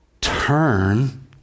Turn